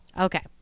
okay